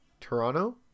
Toronto